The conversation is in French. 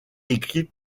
écrit